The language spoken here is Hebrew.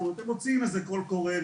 הם מוציאים איזה קול קורא,